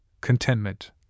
contentment